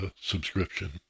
subscription